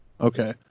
Okay